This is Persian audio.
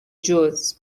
جزء